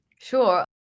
Sure